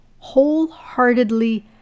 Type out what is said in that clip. wholeheartedly